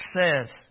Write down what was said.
says